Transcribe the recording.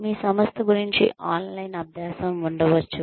మీ సంస్థ గురించి ఆన్లైన్ అభ్యాసం ఉండవచ్చు